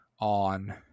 on